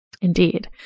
Indeed